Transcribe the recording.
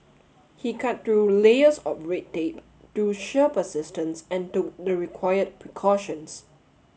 he cut through layers of red tape through sheer persistence and took the required precautions